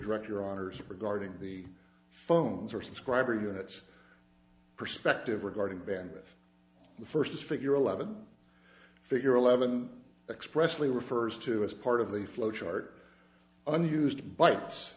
direct your honour's regarding the phones or subscriber units perspective regarding bend with the first figure eleven figure eleven expressly refers to as part of the flow chart unused bytes